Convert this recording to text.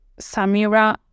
Samira